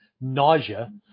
nausea